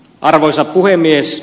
arvoisa puhemies